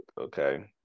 Okay